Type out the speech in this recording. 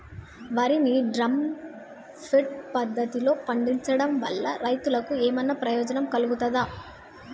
వరి ని drum feed పద్ధతిలో పండించడం వల్ల రైతులకు ఏమన్నా ప్రయోజనం కలుగుతదా?